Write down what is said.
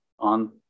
on